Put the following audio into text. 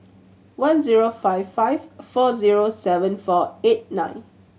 one zero five five four zero seven four eight nine